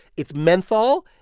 it's menthol,